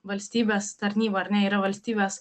valstybės tarnyboj ar ne yra valstybės